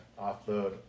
offload